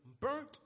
burnt